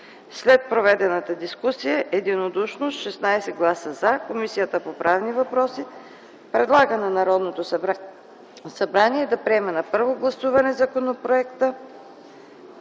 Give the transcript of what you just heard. След проведената дискусия единодушно с 16 гласа „за” Комисията по правни въпроси предлага на Народното събрание да приеме на първо гласуване Законопроект